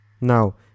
Now